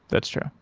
that's true.